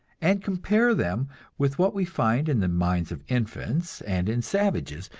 and compare them with what we find in the minds of infants, and in savages,